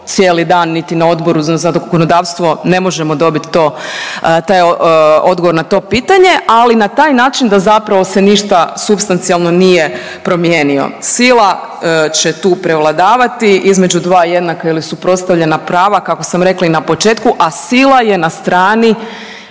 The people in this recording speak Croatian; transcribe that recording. cijeli dan niti na Odboru za zakonodavstvo ne možemo dobit to, odgovor na to pitanje, ali na taj način da zapravo se ništa supstancijalno nije promijenio. Sila će tu prevladavati između dva jednaka ili suprotstavljena prava, kako sam rekla i na početku, a sila je na strani